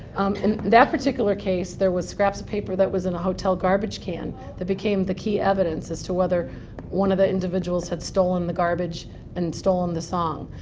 in that particular case, there was scraps of paper that was in a hotel garbage can that became the key evidence as to whether one of the individuals had stolen the garbage and stolen the song.